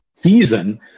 season